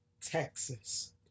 Texas